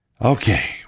Okay